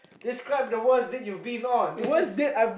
describe the worst date you have been on this is